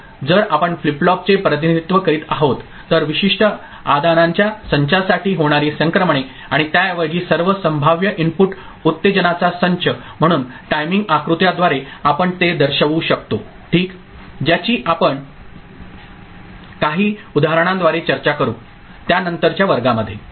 तर जर आपण फ्लिप फ्लॉपचे प्रतिनिधित्व करीत आहोत तर विशिष्ट आदानांच्या संचासाठी होणारी संक्रमणे आणि त्याऐवजी सर्व संभाव्य इनपुट उत्तेजनाचा संच म्हणून टायमिंग आकृत्याद्वारे आपण ते दर्शवू शकतो ठीक ज्याची आपण काही उदाहरणांद्वारे चर्चा करू त्यानंतरच्या वर्गांमध्ये